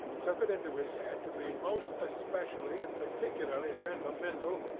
took it into his head to be most especially and particularly sentimental,